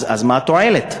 מה התועלת?